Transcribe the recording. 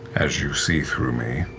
as you see through me,